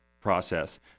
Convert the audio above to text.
process